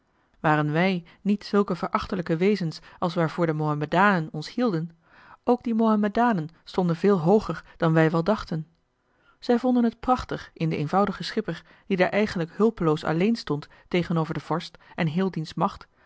waren wij niet zulke verachtelijke wezens als waarvoor de mohamedanen ons hielden ook die mohamedanen stonden veel hooger dan wij wel dachten zij vonden het prachtig in den eenvoudigen schipper die daar eigenlijk hulpeloos alleen stond tegenover den vorst en heel diens macht